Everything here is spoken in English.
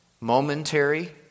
momentary